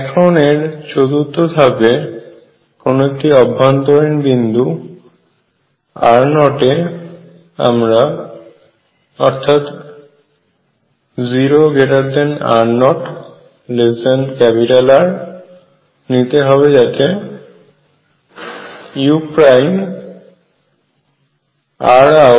এখন এর চতুর্থ ধাপে কোন একটি অভ্যন্তরীণ বিন্দু r0 অর্থাৎ 0r0R নিতে হবে যাতে ur→ur→